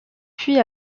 puis